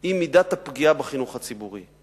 היא מידת הפגיעה בחינוך הציבורי.